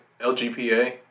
LGPA